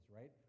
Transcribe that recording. right